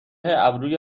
ابروی